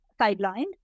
sidelined